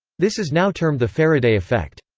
this is now termed the faraday effect.